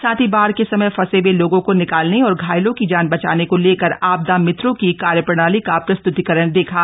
साथ ही बाढ़ के समय फंसे हए लोगों को निकालने और घायलों की जान बचाने को लेकर आपदा मित्रों की कार्यप्रणाली का प्रस्तुतीकरण देखा